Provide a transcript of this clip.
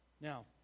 Now